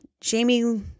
Jamie